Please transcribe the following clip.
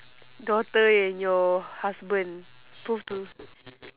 daughter and your husband prove to